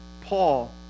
Paul